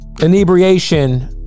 inebriation